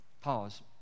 Pause